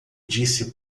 disse